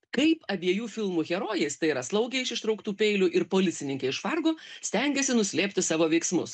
kaip abiejų filmų herojės tai yra slaugė iš ištrauktų peilių ir policininkė iš fargo stengiasi nuslėpti savo veiksmus